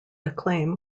acclaim